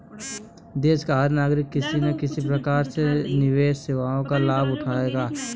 देश का हर नागरिक किसी न किसी प्रकार से निवेश सेवाओं का लाभ उठाता है